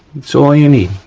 so all you need.